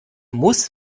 muss